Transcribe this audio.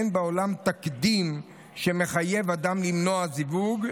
אין בעולם תקדים שמחייב אדם למנוע זיווג,